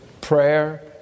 prayer